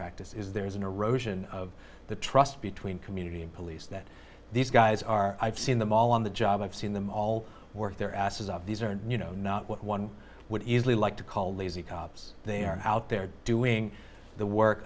practice is there is an erosion of the trust between community and police that these guys are i've seen them all on the job i've seen them all work their asses of these are you know not what one would easily like to call lazy cops they are out there doing the work